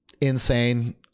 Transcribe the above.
Insane